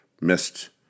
missed